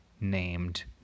named